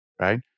right